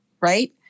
right